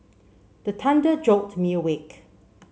the thunder jolt me awake